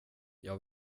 jag